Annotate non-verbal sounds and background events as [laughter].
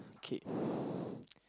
okay [breath]